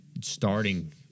starting